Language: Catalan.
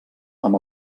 amb